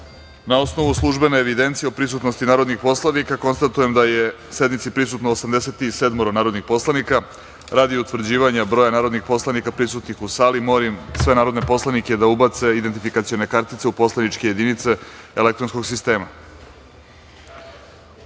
osnovu službene evidencije o prisutnosti narodnih poslanika, konstatujem da sednici prisustvuje 87 narodnih poslanika. Radi utvrđivanja broja poslanika prisutnih u sali, molim sve narodne poslanike da ubace svoje identifikacione kartice u poslaničke jedinice elektronskog